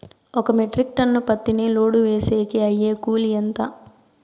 ఒక metric ton పత్తిని load వేసేకి అయ్యే కూలి ఎంత?